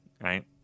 right